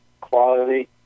quality